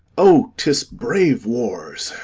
o, tis brave wars!